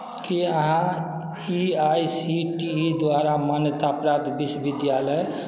की अहाँ A I C T E द्वारा मान्यताप्राप्त विश्वविद्यालय